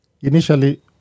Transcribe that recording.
Initially